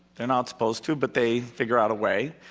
they're not supposed to, but they figure out a way.